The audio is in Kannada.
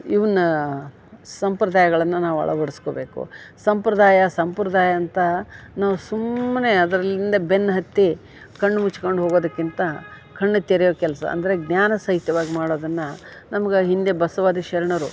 ಇವ್ನಾ ಸಂಪ್ರದಾಯಗಳನ್ನ ನಾವು ಅಳವಡ್ಸ್ಕೊಬೇಕು ಸಂಪ್ರದಾಯ ಸಂಪ್ರದಾಯ ಅಂತ ನಾವು ಸುಮ್ಮನೆ ಅದ್ರಲ್ಲಿಂದ ಬೆನ್ನು ಹತ್ತಿ ಕಣ್ಣು ಮುಚ್ಕೊಂಡು ಹೋಗೋದಕ್ಕಿಂತ ಕಣ್ಣು ತೆರೆಯೋ ಕೆಲಸ ಅಂದರೆ ಜ್ಞಾನ ಸಹಿತವಾಗಿ ಮಾಡೋದನ್ನ ನಮ್ಗೆ ಹಿಂದೆ ಬಸವಾದಿ ಶರಣರು